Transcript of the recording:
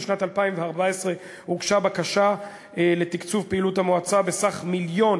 בשנת 2014 הוגשה בקשה לתקצוב פעילות המועצה בסך מיליון